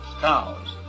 cows